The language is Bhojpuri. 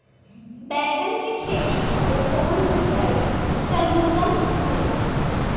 बैगन के खेती खातिर कवन सिचाई सर्वोतम होखेला?